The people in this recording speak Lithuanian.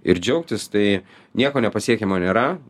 ir džiaugtis tai nieko nepasiekiamo nėra